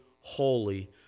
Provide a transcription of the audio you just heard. holy